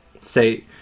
say